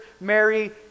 Mary